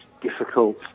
difficult